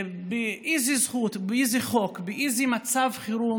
באיזו זכות, באיזה חוק, באיזה מצב חירום